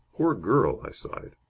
poor girl! i sighed.